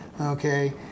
Okay